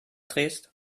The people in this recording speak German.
drehst